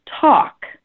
talk